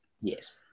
Yes